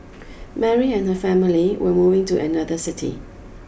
Mary and her family were moving to another city